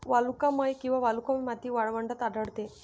वालुकामय किंवा वालुकामय माती वाळवंटात आढळते